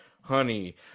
honey